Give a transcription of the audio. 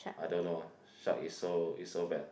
I don't know shark is so is so bad